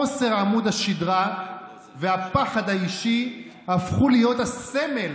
חוסר עמוד השדרה והפחד האישי הפכו להיות הסמל